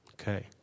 Okay